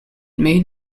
made